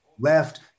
left